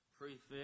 prefix